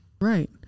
right